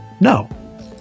no